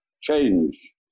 change